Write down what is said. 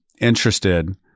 interested